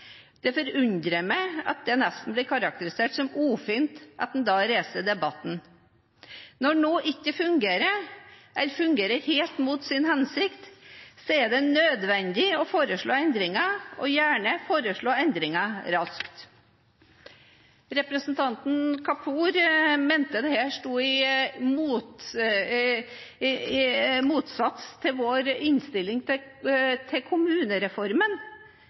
Det forundrer meg at det nesten blir karakterisert som ufint at en da reiser debatten. Når noe ikke fungerer, eller fungerer helt mot sin hensikt, er det nødvendig å foreslå endringer og gjerne foreslå endringer raskt. Representanten Kapur mente at dette sto i motsats til vår innstilling til kommunereformen, men kommunereformen